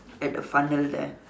at the funnel there